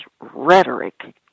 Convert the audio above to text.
rhetoric